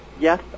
yes